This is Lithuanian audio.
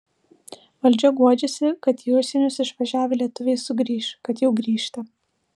valdžia guodžiasi kad į užsienius išvažiavę lietuviai sugrįš kad jau grįžta